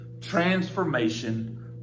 transformation